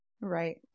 Right